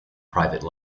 private